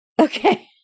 Okay